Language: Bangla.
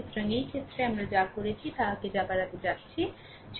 সুতরাং এই ক্ষেত্রে আমরা যা করেছি তা আগে যাবার আগে যাচ্ছি